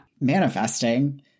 Manifesting